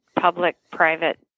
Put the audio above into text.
public-private